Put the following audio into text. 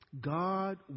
God